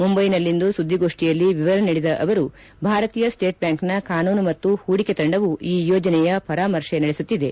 ಮುಂಬೈನಲ್ಲಿಂದು ಸುದ್ದಿಗೋಷ್ಟಿಯಲ್ಲಿ ವಿವರ ನೀಡಿದ ಅವರು ಭಾರತೀಯ ಸ್ಸೇಟ್ಬ್ಲಾಂಕ್ನ ಕಾನೂನು ಮತ್ತು ಹೂಡಿಕೆ ತಂಡವು ಈ ಯೋಜನೆಯ ಪರಾಮರ್ಶೆ ನಡೆಸುತ್ತಿದೆ